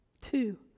two